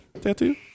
tattoo